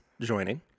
joining